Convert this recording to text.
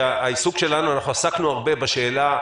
כי אנחנו עסקנו הרבה בשאלה,